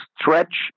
Stretch